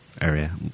area